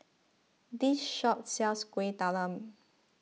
this shop sells Kueh Talam